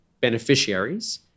beneficiaries